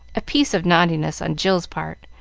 a piece of naughtiness on jill's part,